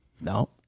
No